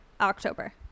October